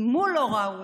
אם הוא לא ראוי,